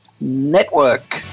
Network